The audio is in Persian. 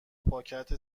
پاکت